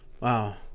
wow